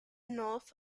north